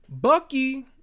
Bucky